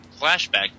flashback